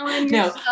no